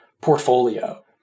portfolio